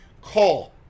Call